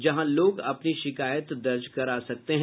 जहां लोग अपनी शिकायत दर्जा करा सकते हैं